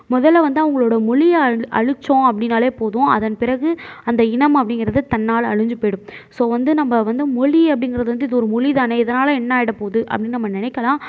முதலில் வந்து அவங்களோட மொழியை அழித்தோம் அப்படினாலே போதும் அதன்பிறகு அந்த இனம் அப்படிங்கிறது தன்னாலே அழிஞ்சு போயிவிடும் ஸோ வந்து நம்ம வந்து மொழி அப்படிங்கிறது வந்து இது ஒரு மொழிதானே இதனால என்ன ஆகிடப்போது அப்படினு நம்ம நினைக்கலாம்